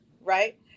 right